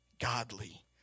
godly